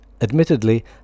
admittedly